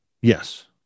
yes